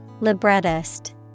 Librettist